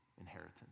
inheritance